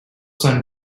son